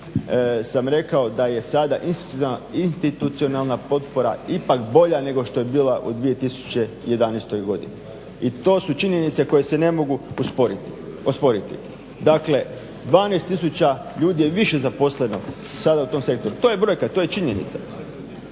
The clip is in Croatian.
sam rekao da je sada institucionalna potpora ipak bolja nego što je bila u 2011. godini. I to su činjenice koje se ne mogu osporiti. Dakle, 12 tisuća ljudi je više zaposleno sada u tom sektoru. To je brojka, to je činjenica.